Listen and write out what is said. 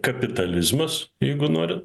kapitalizmas jeigu norit